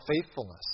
faithfulness